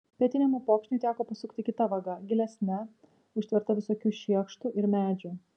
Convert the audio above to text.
pietiniam upokšniui teko pasukti kita vaga gilesne užtverta visokių šiekštų ir medžių